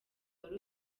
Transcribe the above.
wari